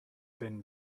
been